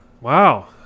Wow